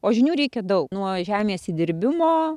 o žinių reikia daug nuo žemės įdirbimo